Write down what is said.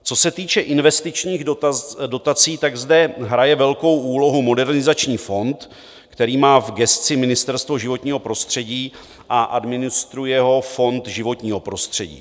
Co se týče investičních dotací, zde hraje velkou úlohu Modernizační fond, který má v gesci Ministerstvo životního prostředí a administruje ho Fond životního prostředí.